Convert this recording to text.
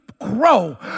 grow